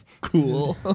Cool